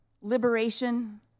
liberation